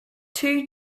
two